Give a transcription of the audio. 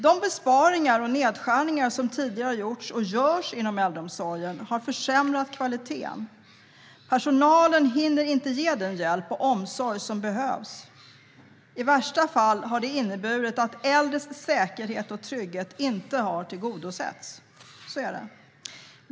De besparingar och nedskärningar som tidigare har gjorts och görs inom äldreomsorgen har försämrat kvaliteten. Personalen hinner inte ge den hjälp och omsorg som behövs. I värsta fall har det inneburit att äldres säkerhet och trygghet inte har tillgodosetts.